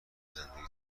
زندگی